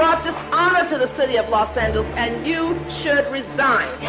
dishonor to the city of los angeles, and you should resign.